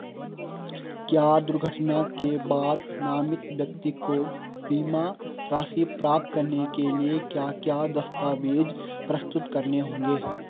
क्या दुर्घटना के बाद नामित व्यक्ति को बीमा राशि प्राप्त करने के लिए क्या क्या दस्तावेज़ प्रस्तुत करने होंगे?